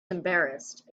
embarrassed